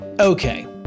Okay